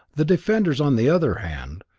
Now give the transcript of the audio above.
the defenders, on the other hand,